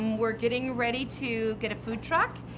we're getting ready to get a food truck,